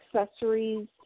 accessories